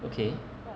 okay